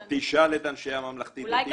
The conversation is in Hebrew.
תשאל את אנשי הממלכתי-דתי בדימונה.